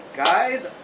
Guys